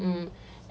mm